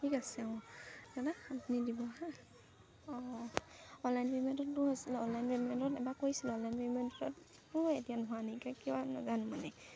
ঠিক আছে অঁ দাদা আপুনি দিব হা অঁ অনলাইন পেমেণ্টতো আছিলে অনলাইন পেমেণ্টত এবাৰ কৰিছিলে অনলাইন পেমেণ্টতো এতিয়া হোৱা নাইকিয়া কিয় নাজানো মানে